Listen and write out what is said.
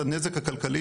לנזק הכלכלי